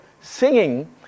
singing